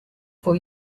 for